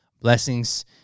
blessings